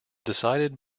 decided